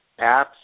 apps